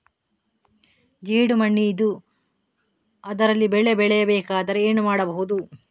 ಜೇಡು ಮಣ್ಣಿದ್ದು ಅದರಲ್ಲಿ ಬೆಳೆ ಬೆಳೆಯಬೇಕಾದರೆ ಏನು ಮಾಡ್ಬಹುದು?